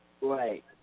Right